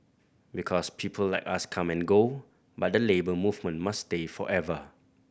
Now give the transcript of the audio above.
because people like us come and go but the Labour Movement must stay forever